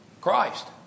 Christ